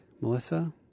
Melissa